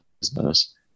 business